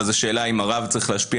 אז השאלה היא אם הרב צריך להשפיע